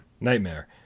Nightmare